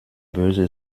böse